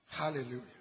Hallelujah